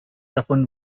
davon